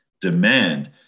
demand